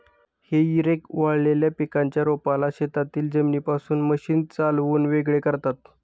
हेई रेक वाळलेल्या पिकाच्या रोपाला शेतातील जमिनीपासून मशीन चालवून वेगळे करतात